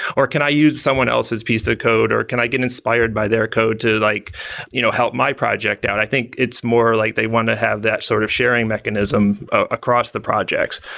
or, can i use someone else's piece of code? or can i get inspired by their code to like you know help my project out? i think it's more like they want to have that sort of sharing mechanism across the projects.